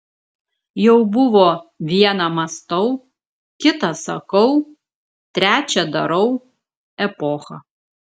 jau buvo viena mąstau kita sakau trečia darau epocha